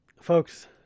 folks